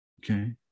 Okay